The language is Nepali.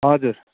हजुर